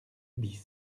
bis